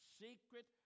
secret